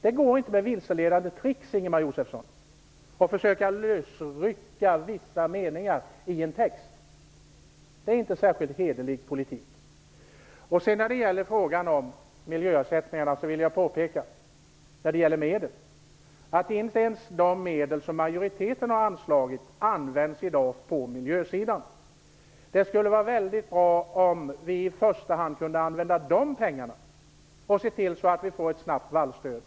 Det går inte med vilseledande tricks, Ingemar Josefsson, och att försöka lösrycka vissa meningar i en text. Det är inte särskilt hederlig politik. Sedan när det gäller frågan om miljöersättningar vill jag påpeka beträffande medel att inte ens de medel som majoriteten har anslagit används i dag på miljösidan. Det vore väldigt bra om vi i första hand kunde använda dessa pengar och se till att snabbt inrätta ett vallstöd.